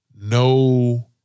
no